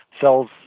Cells